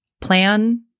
plan